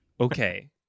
Okay